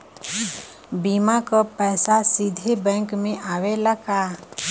बीमा क पैसा सीधे बैंक में आवेला का?